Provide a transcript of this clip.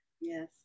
yes